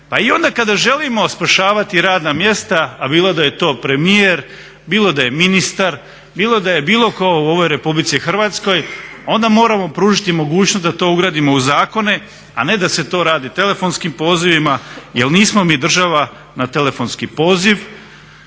pa i onda kada želimo spašavati radna mjesta, bilo da je to premijer, bilo da je ministar, bilo da je bilo tko u ovoj Republici Hrvatskoj. Onda moramo pružiti mogućnost da to ugradimo u zakone, a ne da se to radi telefonskim pozivima jer nismo mi država na telefonski poziv,